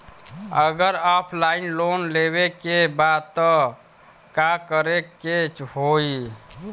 अगर offline loan लेवे के बा त का करे के होयी?